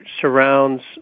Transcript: surrounds